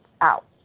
out